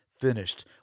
finished